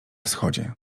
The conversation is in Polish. wschodzie